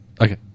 Okay